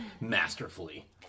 Masterfully